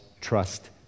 trust